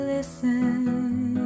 Listen